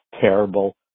terrible